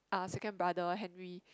uh second brother Henry